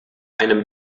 einem